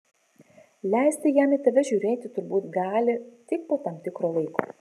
leisti jam į tave žiūrėti turbūt gali tik po tam tikro laiko